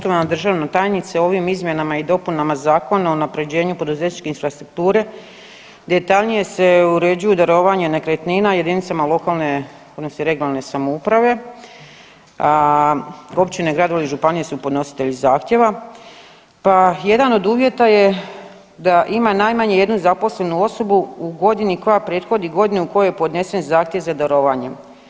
Poštovana državna tajnice, ovim izmjenama i dopunama Zakona o unaprjeđenju poduzetničke infrastrukture detaljnije se uređuju darovanja nekretnina jedinicama lokalne odnosno regionalne samouprave, a općine, gradovi i županije su podnositelji zahtjeva, pa jedan od uvjeta je da ima najmanje jednu zaposlenu osobu u godini koja prethodi godini u kojoj je podnesen zahtjev za darovanjem.